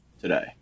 today